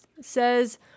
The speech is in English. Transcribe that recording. says